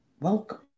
welcome